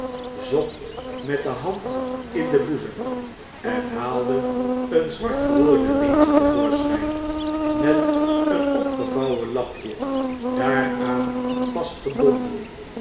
neder zochtmet de hand in den boezem en haalde een zwart geworden linlje te voorschijn met een opgevouwen lapje daaraan